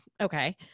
okay